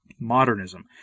modernism